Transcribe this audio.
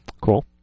Cool